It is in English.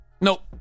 Nope